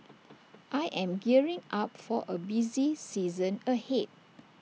I am gearing up for A busy season ahead